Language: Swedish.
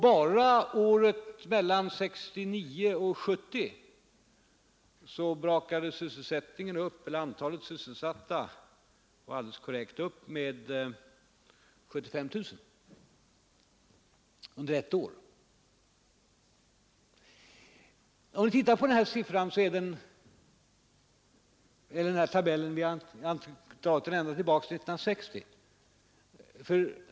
Bara året 1969/70 brakade siffran för antalet sysselsatta upp med 75 000. Tabellen går inte tillbaka så långt som till 1960.